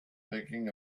thinking